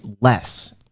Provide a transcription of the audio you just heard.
less